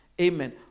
Amen